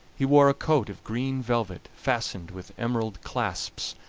he wore a coat of green velvet fastened with emerald clasps,